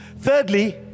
Thirdly